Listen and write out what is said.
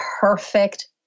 perfect